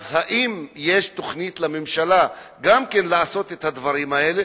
האם יש לממשלה תוכנית גם לעשות את הדברים האלה?